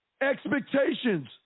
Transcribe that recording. Expectations